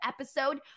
episode